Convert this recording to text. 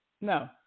No